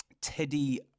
Teddy